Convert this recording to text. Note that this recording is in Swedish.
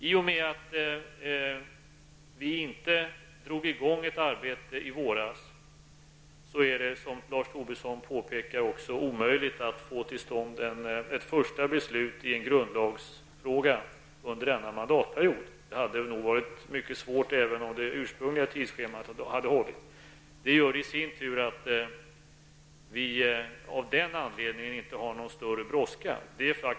I och med att vi inte drog i gång ett arbete i våras, är det som Lars Tobisson påpekar omöjligt att få till stånd ett första beslut i en grundlagsfråga under denna mandatperiod. Det hade nog varit mycket svårt även om det ursprungliga tidsschemat hade hållit. Det gör i sin tur att vi av den anledningen inte har någon större brådska.